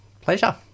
Pleasure